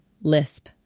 Lisp